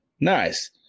nice